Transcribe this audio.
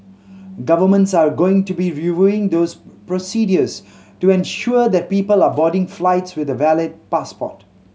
governments are going to be reviewing those procedures to ensure that people are boarding flights with a valid passport